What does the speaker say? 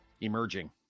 Emerging